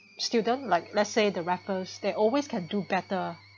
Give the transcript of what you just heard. student like let's say the raffles there always can do better